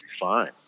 fine